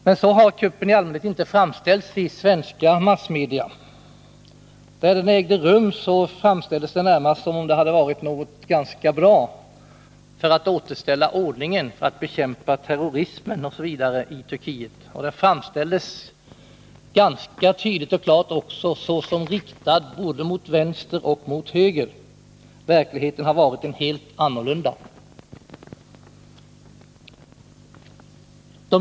Men så har kuppen i allmänhet inte framställts i svenska massmedia. När den ägde rum framställdes den närmast som något som var bra för att återställa ordningen, för att bekämpa terrorismen i Turkiet osv. Den framställdes tydligt och klart såsom riktad både mot vänster och mot höger. Verkligheten har varit helt annorlunda.